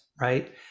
right